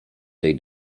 tej